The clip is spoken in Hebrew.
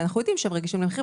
אנחנו יודעים שהם רגישים למחיר.